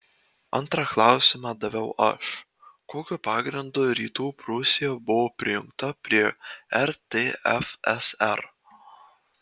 antrą klausimą daviau aš kokiu pagrindu rytų prūsija buvo prijungta prie rtfsr